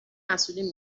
مسئولین